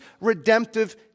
redemptive